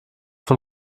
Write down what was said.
von